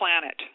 planet